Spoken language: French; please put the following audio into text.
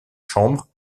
chambre